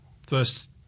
first